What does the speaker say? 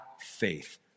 faith